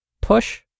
push